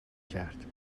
کرد